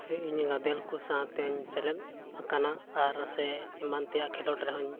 ᱦᱮᱸ ᱤᱧ ᱜᱟᱫᱮᱞ ᱠᱚ ᱥᱟᱶᱛᱮᱧ ᱥᱮᱞᱮᱫ ᱟᱠᱟᱱᱟ ᱟᱨ ᱥᱮ ᱮᱢᱟᱱ ᱛᱮᱭᱟᱜ ᱠᱷᱮᱞᱳᱰ ᱨᱮᱦᱚᱸᱧ